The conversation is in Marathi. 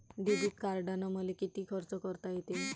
डेबिट कार्डानं मले किती खर्च करता येते?